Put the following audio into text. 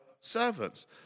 servants